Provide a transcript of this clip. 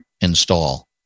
install